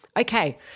okay